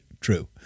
true